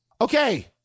Okay